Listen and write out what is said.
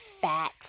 fat